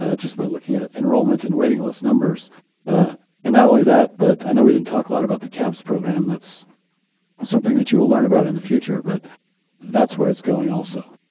ah just by looking at enrollment and waiting list numbers. and not only that, but i know we didn't talk a lot about the caps program. that's something that you will learn about in the future. but that's where it's going also.